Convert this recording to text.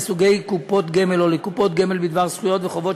לסוגי קופות גמל או לקופות גמל בדבר זכויות וחובות